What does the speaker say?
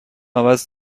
عوض